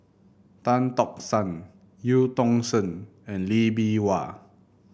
Tan Tock San Eu Tong Sen and Lee Bee Wah